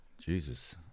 Jesus